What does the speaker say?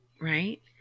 right